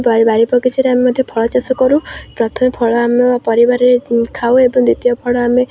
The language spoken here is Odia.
ବାରି ବଗିଚାରେ ଆମେ ମଧ୍ୟ ଫଳ ଚାଷ କରୁ ପ୍ରଥମେ ଫଳ ଆମେ ପରିବାରରେ ଖାଉ ଏବଂ ଦିତୀୟ ଫଳ ଆମେ